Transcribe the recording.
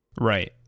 right